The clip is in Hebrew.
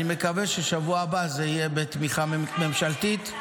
אני מקווה שבשבוע הבא זה יהיה בתמיכה ממשלתית,